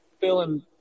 feeling